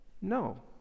No